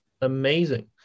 amazing